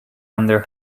under